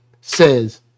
says